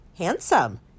Handsome